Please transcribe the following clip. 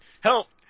Help